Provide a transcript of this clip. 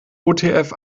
utf